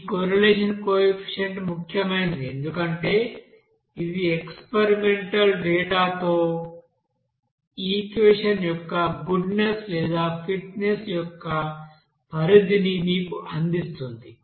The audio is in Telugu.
ఈ కొర్రెలేషన్ కోఎఫిసిఎంట్ ముఖ్యమైనది ఎందుకంటే ఇది ఎక్స్పెరిమెంటల్ డేటా తో ఈక్వెషన్ యొక్క గుడ్నెస్ లేదా ఫిట్నెస్ యొక్క పరిధిని మీకు అందిస్తుంది